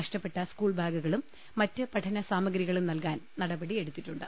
നഷ്ടപ്പെട്ട സ്കൂൾബാഗുകളും മറ്റ് പഠന സാമഗ്രികളും നൽകാൻ നടപടി എടുത്തി ട്ടുണ്ട്